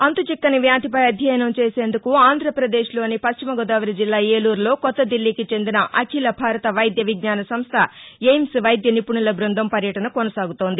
అంతుచిక్కని వ్యాధిపై అధ్యయనం చేసేందుకు ఆంధ్రాపదేశ్ లోని వశ్చిమగోదావరిజిల్లా ఏలూరులో కొత్తదిల్లీకి చెందిన అఖిల భారత వైద్య విజ్ఞాన సంస్ట ఎయిమ్స్ వైద్య నిపుణుల బృందం పర్యటన కొనసాగుతోంది